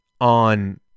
on